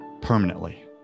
permanently